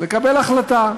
לקבל החלטה.